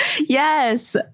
yes